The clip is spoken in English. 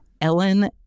Ellen